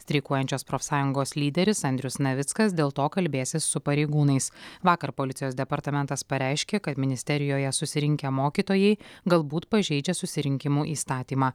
streikuojančios profsąjungos lyderis andrius navickas dėl to kalbėsis su pareigūnais vakar policijos departamentas pareiškė kad ministerijoje susirinkę mokytojai galbūt pažeidžia susirinkimų įstatymą